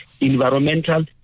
environmental